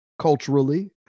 culturally